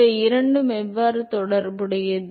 இவை இரண்டும் எவ்வாறு தொடர்புடையது